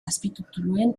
azpitituluen